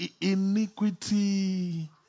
iniquity